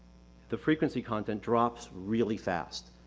the frequency content drops really fast.